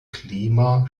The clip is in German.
klima